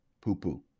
Poo-poo